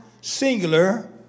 singular